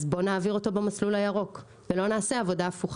אז בוא נעביר אותו במסלול הירוק ולא נעשה עבודה הפוכה.